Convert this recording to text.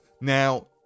Now